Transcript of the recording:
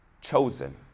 chosen